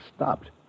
stopped